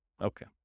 Okay